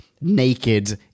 naked